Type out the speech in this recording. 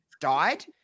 died